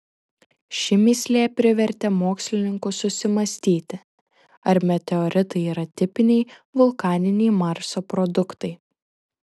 ši mįslė privertė mokslininkus susimąstyti ar meteoritai yra tipiniai vulkaniniai marso produktai